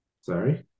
Sorry